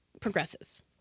progresses